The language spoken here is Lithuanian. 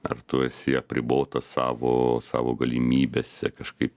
ar tu esi apribotas savo savo galimybėse kažkaip